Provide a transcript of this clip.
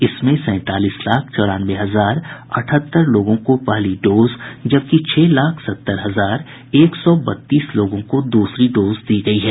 इसमें सैंतालीस लाख चौरानवे हजार अठहत्तर लोगों को पहली डोज जबकि छह लाख सत्तर हजार एक सौ बत्तीस लोगों को दूसरी डोज दी गयी है